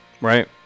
Right